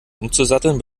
umzusatteln